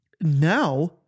now